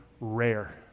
rare